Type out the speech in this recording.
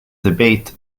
debate